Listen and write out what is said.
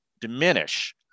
diminish